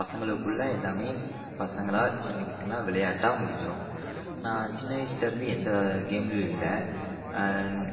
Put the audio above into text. பசங்களுக்குள்ளே எல்லாமே பசங்களாக சின்ன பசங்களாக விளையாட்டாக முடிஞ்சிடும் நான் சின்ன வயசில் இருந்து எந்த கேம்லேயும் இல்லை